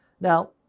Now